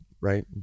right